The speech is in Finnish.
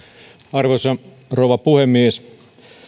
arvoisa rouva puhemies